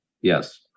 yes